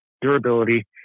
durability